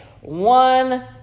One